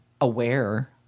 aware